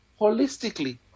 holistically